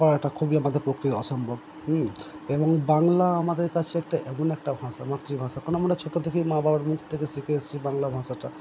করাটা খুবই আমাদের পক্ষে অসম্ভব এবং বাংলা আমাদের কাছে একটা এমন একটা ভাষা মাতৃভাষা কারণ আমরা ছোটো থেকেই মা বাবার মুখ থেকে শিখে এসছি বাংলা ভাষাটা